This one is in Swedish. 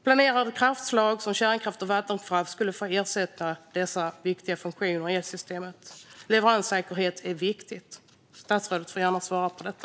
Planerade kraftslag som kärnkraft och vattenkraft skulle få ersätta dessa viktiga funktioner i elsystemet. Leveranssäkerhet är viktigt. Statsrådet får gärna svara på detta.